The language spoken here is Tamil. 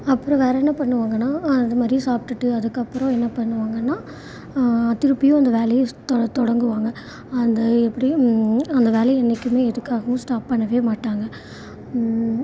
அப்புறம் வேறு என்ன பண்ணுவாங்கன்னால் அது மாதிரியும் சாப்பிட்டுட்டு அதுக்கப்புறம் என்ன பண்ணுவாங்கன்னால் திருப்பியும் அந்த வேலையை தொ தொடங்குவாங்க அந்த எப்படியும் அந்த வேலையை என்றைக்குமே எதுக்காகவும் ஸ்டாப் பண்ணவே மாட்டாங்க